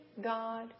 God